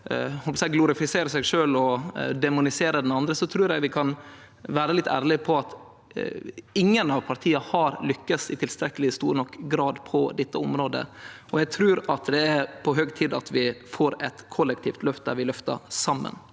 glorifisere seg sjølv og demonisere den andre, trur eg vi kan vere litt ærlege på at ingen av partia har lykkast i tilstrekkeleg grad på dette området. Eg trur at det er på høg tid at vi får eit kollektivt løft, der vi løftar saman.